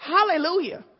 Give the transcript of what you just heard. Hallelujah